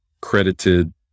credited